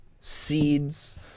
seeds